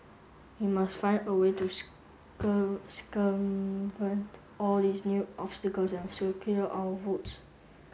we must find a way to circumvent all these new obstacles and secure our votes